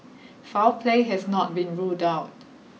foul play has not been ruled out